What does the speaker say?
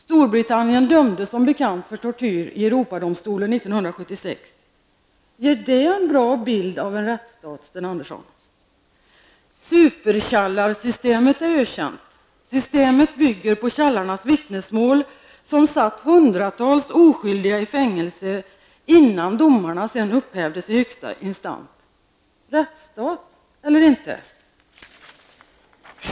Storbritannien dömdes som bekant 1976 av Europadomstolen för tortyr. Ger det en bra bild av en rättsstat, Sten Andersson? Supertjallarsystemet är ökänt. Systemet bygger på tjallarnas vittnesmål som satt hundratals oskyldiga i fängelse innan domarna upphävdes i högsta instans. ''Rättsstat'' eller inte?